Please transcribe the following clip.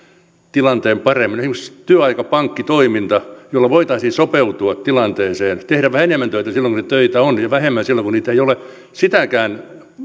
tilanteen paremmin esimerkiksi työaikapankkitoimintaa jolla voitaisiin sopeutua tilanteeseen tehdä vähän enemmän töitä silloin kun niitä töitä on ja vähemmän silloin kun niitä ei ole eivät sitäkään meidän